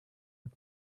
red